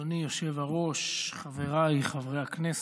אדוני היושב-ראש, חבריי חברי הכנסת,